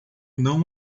não